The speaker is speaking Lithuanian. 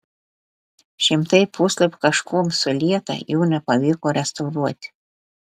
šimtai puslapių kažkuom sulieta jų nepavyko restauruoti